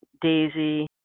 daisy